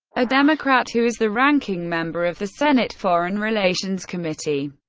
a democrat who is the ranking member of the senate foreign relations committee.